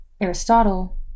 aristotle